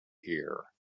here